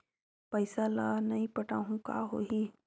पईसा ल नई पटाहूँ का होही?